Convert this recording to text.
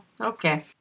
Okay